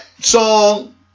song